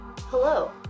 Hello